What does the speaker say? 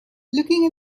looking